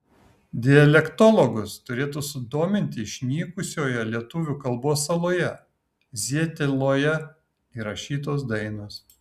dialektologus turėtų sudominti išnykusioje lietuvių kalbos saloje zieteloje įrašytos dainos